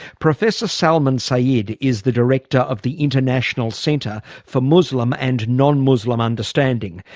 professor salman sayyid is the director of the international centre for muslim and non-muslim understanding.